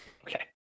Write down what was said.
Okay